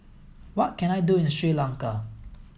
what can I do in Sri Lanka